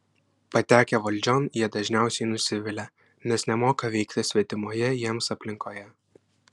patekę valdžion jie dažniausiai nusivilia nes nemoka veikti svetimoje jiems aplinkoje